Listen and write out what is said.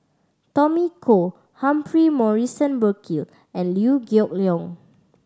Tommy Koh Humphrey Morrison Burkill and Liew Geok Leong